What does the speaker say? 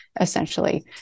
essentially